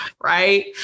right